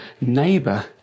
neighbor